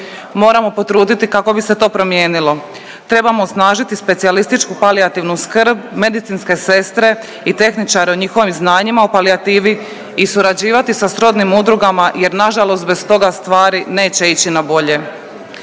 moramo potruditi kako bi se to promijenilo. Trebamo osnažiti specijalističku palijativnu skrb, medicinske sestre i tehničare o njihovim znanjima o palijativi i surađivati sa srodnim udrugama jer nažalost bez toga stvari neće ići na bolje.